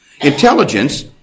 Intelligence